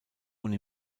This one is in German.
und